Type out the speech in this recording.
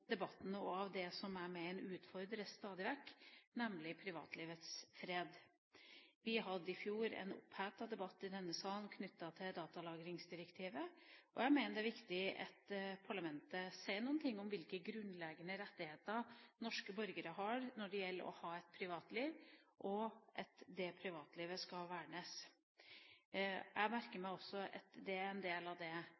debatten og av det som jeg mener utfordres stadig vekk, nemlig privatlivets fred. Vi hadde i fjor en opphetet debatt i denne salen knyttet til datalagringsdirektivet, og jeg mener det er viktig at parlamentet sier noe om hvilke grunnleggende rettigheter norske borgere har når det gjelder å ha et privatliv, og at det privatlivet skal vernes. Jeg merker